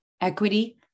equity